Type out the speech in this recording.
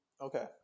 Okay